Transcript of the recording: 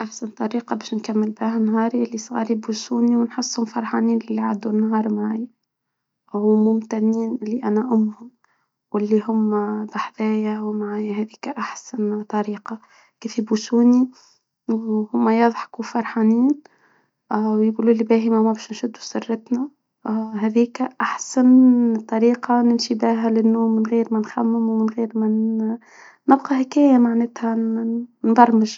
احسن طريقة باش نكمل بها نهارى الصغار يبوسونى ونحسهم فرحانين وممتنين لي انا امهم ولي هما ضحايا ومعايا هاديك احسن طريقة كيف يبوسوني وهم يضحكوا فرحانين ويقولو لي باهي ماما باش نشد فصورتنا هذيك احسن طريقة من شبهها للنوم من غير ما نخمم ومن غير ما نبقى هكايا معنتها نبرمج.